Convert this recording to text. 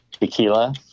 Tequila